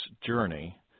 journey